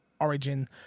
Origin